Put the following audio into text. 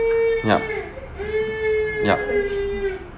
yep yep